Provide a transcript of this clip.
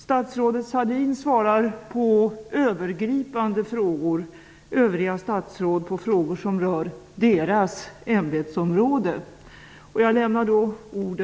Statsrådet Sahlin svarar på övergripande frågor, övriga statsråd på frågor som rör deras ämbetsområde.